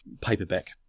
paperback